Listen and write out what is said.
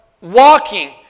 walking